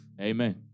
Amen